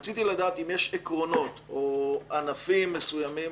רציתי לדעת אם יש עקרונות או ענפים מסוימים.